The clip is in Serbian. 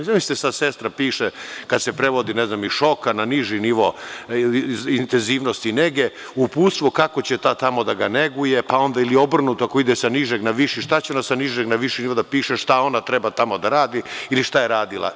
Zamislite sada, sestra piše kad se prevodi iz recimo iz šoka, na niži nivo intenzivne nege, uputstvo kako će tamo da ga neguje, pa onda ili obrnuto ako ide sa nižeg na viši, šta će na nižeg na viši nivo da piše, šta ona tamo treba da radi ili šta je radila.